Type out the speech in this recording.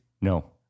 No